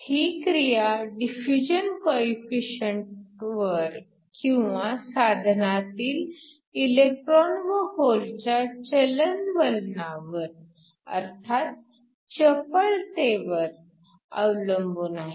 ही क्रिया डिफ्युजन कोइफिशिअंटवर किंवा साधनातील इलेक्ट्रॉन व होलच्या चलनवलनावर अर्थात चपळतेवर वर अवलंबून आहे